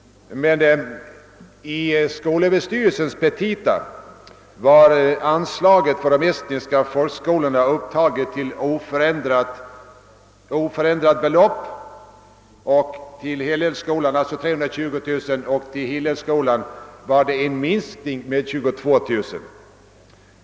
I skolöverstyrelsens petita var anslaget till de estniska folkskolorna upptaget till oförändrat belopp, 320 000 kronor. Till Hillelskolan föreslogs anslaget minskat med 22000 kronor.